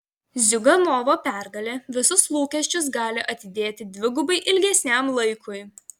ziuganovo pergalė visus lūkesčius gali atidėti dvigubai ilgesniam laikui